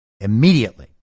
immediately